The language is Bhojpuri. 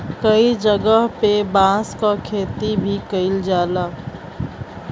कई जगह पे बांस क खेती भी कईल जाला